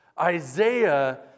Isaiah